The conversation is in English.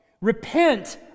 Repent